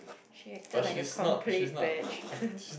she acted like a complete bitch